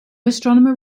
astronomer